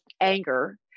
anger